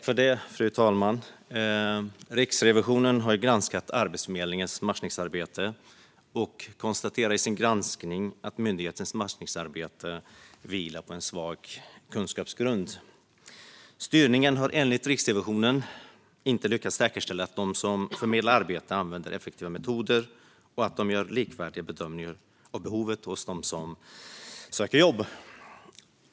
Fru talman! Riksrevisionen har granskat Arbetsförmedlingens matchningsarbete och konstaterar i sin granskning att myndighetens matchningsarbete vilar på en svag kunskapsgrund. Styrningen har enligt Riksrevisionen inte lyckats säkerställa att de som förmedlar arbete använder effektiva metoder och gör likvärdiga bedömningar av behovet hos dem som söker jobb.